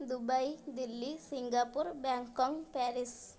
Dubai Delhi Singapore Bangkok Paris